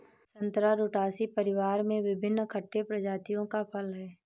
संतरा रुटासी परिवार में विभिन्न खट्टे प्रजातियों का फल है